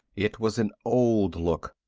it was an old look.